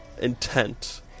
intent